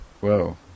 Whoa